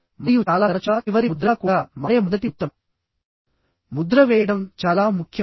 మరియు చాలా తరచుగా చివరి ముద్రగా కూడా మారే మొదటి ఉత్తమ ముద్ర వేయడం చాలా ముఖ్యం